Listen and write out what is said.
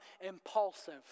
impulsive